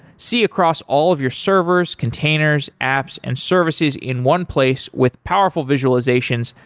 see across all of your servers, containers, apps and services in one place with powerful visualizations,